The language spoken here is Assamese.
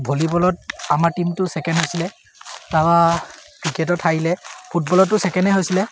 ভলীবলত আমাৰ টীমটো ছেকেণ্ড হৈছিলে তাৰপৰা ক্ৰিকেটত হাৰিলে ফুটবলতো ছেকেণ্ডেই হৈছিলে